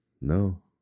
no